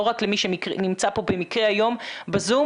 לא רק למי שנמצא פה במקרה היום בזום.